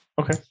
Okay